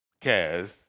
cares